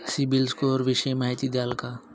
CIBIL score विषयी माहिती द्याल का?